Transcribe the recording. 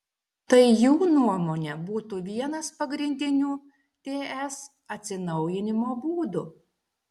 tai jų nuomone būtų vienas pagrindinių ts atsinaujinimo būdų